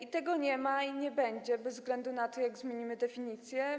A tego nie ma i nie będzie bez względu na to, jak zmienimy definicję.